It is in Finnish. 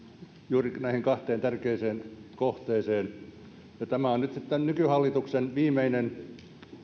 juuri näihin kahteen tärkeään kohteeseen tämä on nyt nykyhallituksen viimeinen